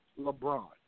LeBron